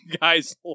guys